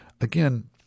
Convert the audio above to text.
again